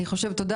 תודה